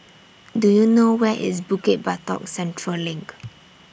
Do YOU know Where IS Bukit Batok Central LINK